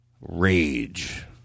rage